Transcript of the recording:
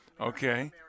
Okay